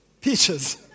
peaches